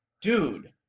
dude